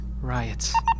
Riots